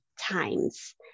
times